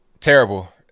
Terrible